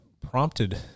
prompted